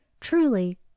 Truly